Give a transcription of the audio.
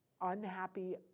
unhappy